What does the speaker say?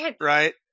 right